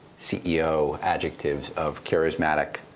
ceo adjectives of charismatic,